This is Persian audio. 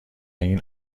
این